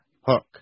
Hook